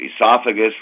esophagus